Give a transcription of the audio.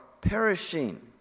perishing